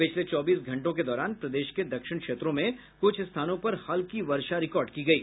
पिछले चौबीस घंटों के दौरान प्रदेश के दक्षिण क्षेत्रों में कुछ स्थानों पर हल्की वर्षा रिकॉर्ड की गयी